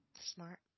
Smart